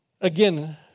again